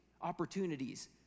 opportunities